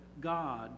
God